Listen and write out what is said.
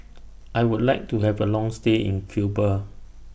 I Would like to Have A Long stay in Cuba